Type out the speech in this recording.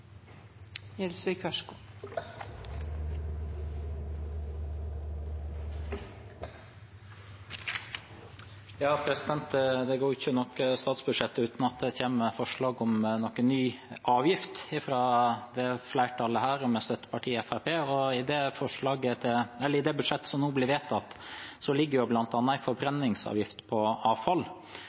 Det kommer ikke noe statsbudsjett uten at det kommer forslag om en ny avgift fra dette flertallet, med støttepartiet Fremskrittspartiet. I det budsjettet som nå blir vedtatt, ligger det bl.a. en forbrenningsavgift på avfall,